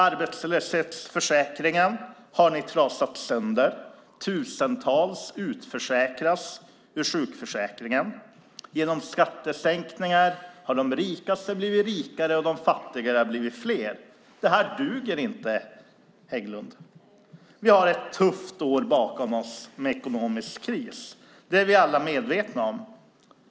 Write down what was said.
Arbetslöshetsförsäkringen har ni trasat sönder. Tusentals utförsäkras ur sjukförsäkringen. Genom skattesänkningar har de rikaste blivit rikare, och de fattigare har blivit fler. Det här duger inte, Hägglund! Vi har ett tufft år bakom oss med ekonomisk kris. Det är vi alla medvetna om.